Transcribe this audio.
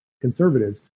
conservatives